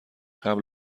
قبل